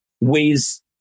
ways